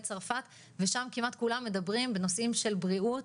צרפת ושם כמעט כולם מדברים בנושאים של בריאות,